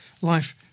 life